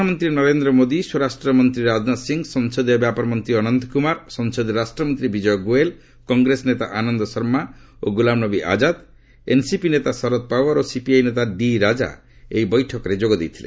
ପ୍ରଧାନମନ୍ତ୍ରୀ ନରେନ୍ଦ୍ର ମୋଦି ସ୍ୱରାଷ୍ଟ୍ରମନ୍ତ୍ରୀ ରାଜନାଥ ସିଂ ସଂସଦୀୟ ବ୍ୟାପାର ମନ୍ତ୍ରୀ ଅନନ୍ତ କୁମାର ସଂସଦୀୟ ରାଷ୍ଟ୍ରମନ୍ତ୍ରୀ ବିକୟ ଗୋଏଲ୍ କଂଗ୍ରେସ ନେତା ଆନନ୍ଦ ଶର୍ମା ଓ ଗୁଲାମ ନବୀ ଆଜାଦ୍ ଏନ୍ସିପି ନେତା ଶରତ ପାୱାର୍ ଓ ସିପିଆଇ ନେତା ଡି ରାଜା ଏହି ବୈଠକରେ ଯୋଗ ଦେଇଥିଲେ